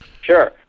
Sure